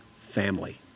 family